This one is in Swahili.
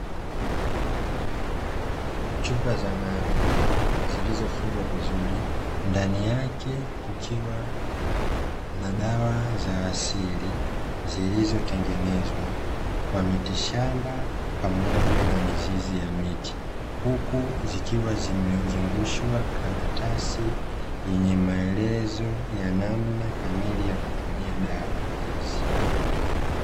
Chupa za maji zilizofungwa vizuri ndani yake, kukiwa na dawa za asili zilizotengenezwa kwa miti shamba pamoja na mizizi ya miti. Huku zikiwa zimezungushiwa karatasi yenye maelezo ya namna kamili ya kutumia dawa hizi.